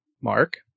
Mark